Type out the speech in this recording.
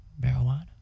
Marijuana